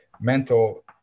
mental